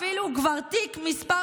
אפילו כבר תיק מס'